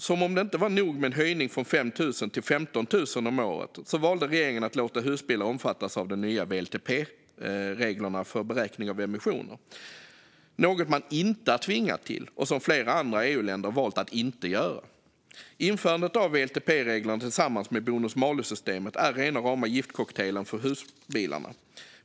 Som om det inte var nog med en höjning från 5 000 till 15 000 kronor om året valde regeringen att låta husbilar omfattas av de nya WLTP-reglerna för beräkning av emissioner. Det är något man inte är tvingad till och som flera andra EU-länder har valt att inte göra. Införandet av WLTP-reglerna tillsammans med bonus-malus-systemet är rena rama giftcocktailen för husbilarna.